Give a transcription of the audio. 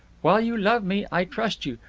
while you love me, i trust you.